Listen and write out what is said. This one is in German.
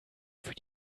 für